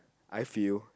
I feel